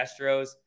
Astros